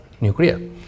nuclear